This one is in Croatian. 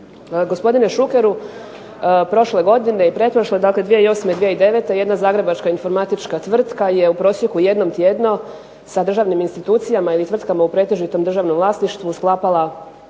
Gospodine Šuker prošle godine i pretprošle, dakle 2008. i 2009. jedna zagrebačka informatička tvrtka je u prosjeku jednom tjedno sa državnim institucijama i tvrtkama u pretežitom državnom vlasništvu sklapala